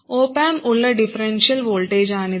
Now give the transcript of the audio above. op amp ഉള്ള differential വോൾട്ടേജാണിത്